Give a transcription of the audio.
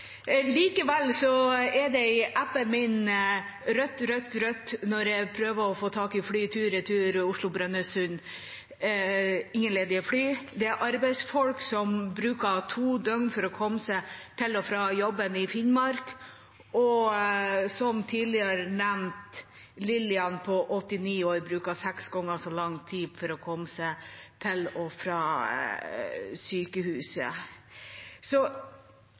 Likevel er det rødt, rødt, rødt når jeg prøver å få tak i fly tur-retur Oslo–Brønnøysund. Det er ingen ledige fly. Det er arbeidsfolk som bruker to døgn for å komme seg til og fra jobben i Finnmark, og som tidligere nevnt: Lillian på 89 år bruker seks ganger så lang tid på å komme seg til og fra sykehuset. Så